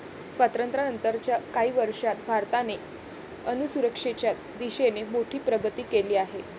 स्वातंत्र्यानंतर च्या काही वर्षांत भारताने अन्नसुरक्षेच्या दिशेने मोठी प्रगती केली आहे